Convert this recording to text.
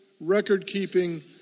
record-keeping